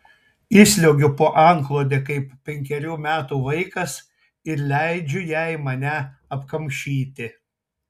įsliuogiu po antklode kaip penkerių metų vaikas ir leidžiu jai mane apkamšyti